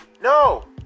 No